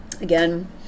again